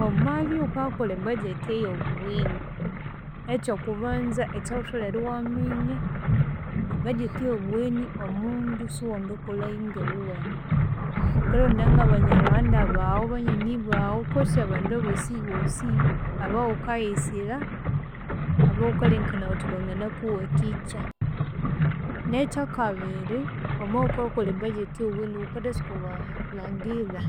Wamabya iwukayakolha ebudget eyobugheni, ekyokubanza ekyawutholere iwaminya, e budget eyobugheni omundu siwangakolhayu ngawuwene. Wukarondaya ngabanya lhuganda bawu, banyonyi bawu kusi abandu bosibosi abawukayisigha, abawukalengekanaya wuthi banginakuwathikya. Nekyakabiri wama wukayakolha e budget yobugheni wukathatsuka erilhangira